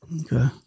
Okay